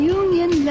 union